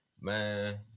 man